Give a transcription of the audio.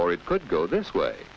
for it could go this way